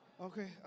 Okay